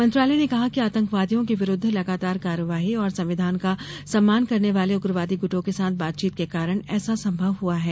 मंत्रालय ने कहा कि आतंकवादियों के विरूद्व लगातार कार्रवाई और संविधान का सम्मान करने वाले उग्रवादी ग्रंटों के साथ बातचीत के कारण ऐसा संभव हुआ है